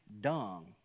dung